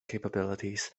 capabilities